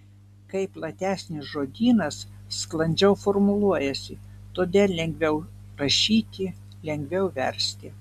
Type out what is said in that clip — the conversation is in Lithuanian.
kai platesnis žodynas sklandžiau formuluojasi todėl lengviau rašyti lengviau versti